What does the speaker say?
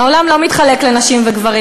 העולם לא מתחלק לנשים וגברים,